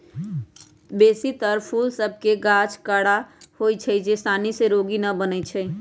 बेशी तर फूल सभ के गाछ कड़ा होइ छै जे सानी से रोगी न बनै छइ